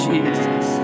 Jesus